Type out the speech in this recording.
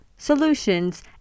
Solutions